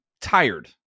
tired